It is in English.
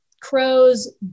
crows